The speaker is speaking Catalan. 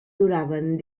duraven